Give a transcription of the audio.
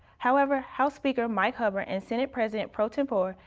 however. house speaker mike hubbard and senate president pro tempore.